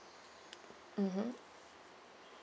mmhmm